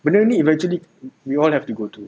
benda ni eventually we all have to go through